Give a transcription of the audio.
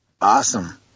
Awesome